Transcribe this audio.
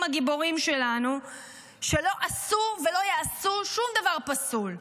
הגיבורים שלנו שלא עשו ולא יעשו שום דבר פסול.